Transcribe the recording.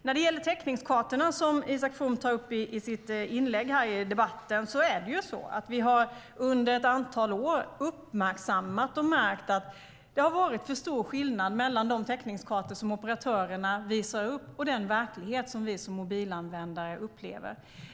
När det gäller täckningskartorna som Isak From tar upp i sitt inlägg här i debatten har vi under ett antal år uppmärksammat att det har varit för stor skillnad mellan de täckningskartor som operatörerna visar upp och den verklighet som vi som mobilanvändare upplever.